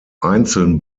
einzeln